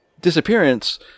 disappearance